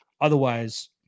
Otherwise